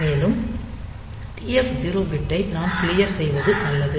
மேலும் TF0 பிட்டை நாம் க்ளியர் செய்வது நல்லது